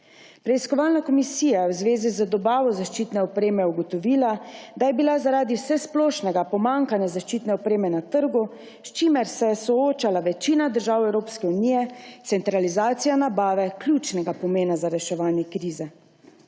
Preiskovalna komisija je v zvezi z dobavo zaščitne opreme ugotovila, da je bila zaradi vsesplošnega pomanjkanja zaščitne opreme na trgu, s čimer se je soočala večina držav Evropske unije, centralizacija nabave ključnega pomena za reševanje krize.